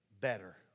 better